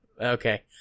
Okay